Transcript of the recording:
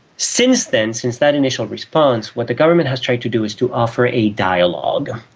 since then, since that initial response, what the government has tried to do is to offer a dialogue.